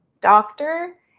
doctor